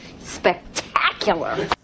spectacular